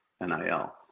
nil